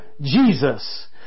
Jesus